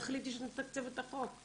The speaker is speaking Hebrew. תחליטי שאת מתקצבת את החוק.